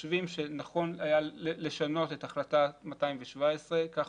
אמרתי שאנחנו חושבים שנכון היה לשנות את החלטה 2017 כך